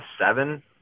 Seven